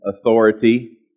authority